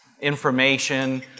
information